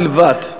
בלבד.